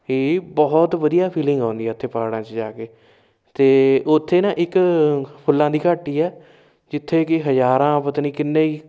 ਵੀ ਬਹੁਤ ਵਧੀਆ ਫੀਲਿੰਗ ਆਉਂਦੀ ਹੈ ਉੱਥੇ ਪਹਾੜਾਂ 'ਚ ਜਾ ਕੇ ਅਤੇ ਉੱਥੇ ਨਾ ਇੱਕ ਫੁੱਲਾਂ ਦੀ ਘਾਟੀ ਹੈ ਜਿੱਥੇ ਕਿ ਹਜ਼ਾਰਾਂ ਪਤਾ ਨਹੀਂ ਕਿੰਨੇ ਹੀ